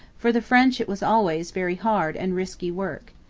for the french it was always very hard and risky work.